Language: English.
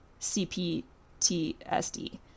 cptsd